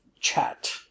chat